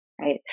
right